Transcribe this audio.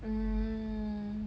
mm